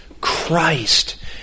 Christ